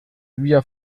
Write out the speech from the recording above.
via